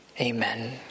amen